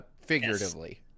figuratively